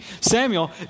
Samuel